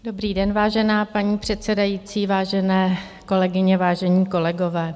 Dobrý den, vážená paní předsedající, vážené kolegyně, vážení kolegové.